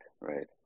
right